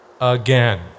again